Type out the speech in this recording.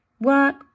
work